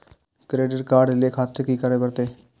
Credit card ले खातिर की करें परतें?